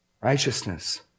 Righteousness